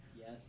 Yes